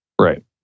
Right